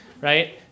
Right